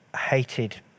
hated